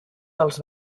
dels